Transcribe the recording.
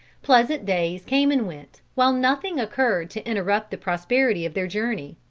pleasant days came and went, while nothing occurred to interrupt the prosperity of their journey.